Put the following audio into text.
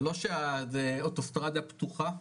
זה לא שהאוטוסטרדה פתוחה,